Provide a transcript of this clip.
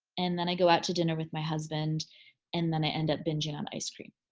and then i go out to dinner with my husband and then i end up binging on ice cream.